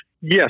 Yes